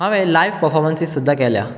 हांवेन live performances सुद्दां केल्या